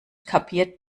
kapiert